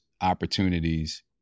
opportunities